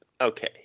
okay